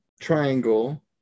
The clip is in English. triangle